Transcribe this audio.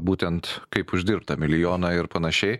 būtent kaip uždirbt tą milijoną ir panašiai